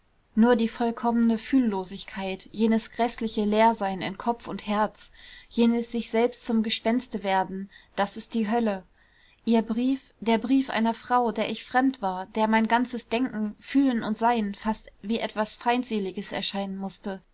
nur die vollkommene fühllosigkeit jenes gräßliche leersein in kopf und herz jenes sich selbst zum gespenste werden das ist die hölle ihr brief der brief einer frau der ich fremd war der mein ganzes denken fühlen und sein fast wie etwas feindseliges erscheinen mußte